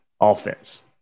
offense